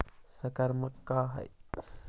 संक्रमण का है?